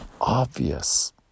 obvious